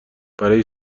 برای